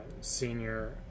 senior